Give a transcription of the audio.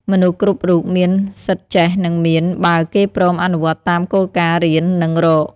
មនុស្សគ្រប់រូបមានសិទ្ធិចេះ និងមាន បើគេព្រមអនុវត្តតាមគោលការណ៍រៀន និងរក។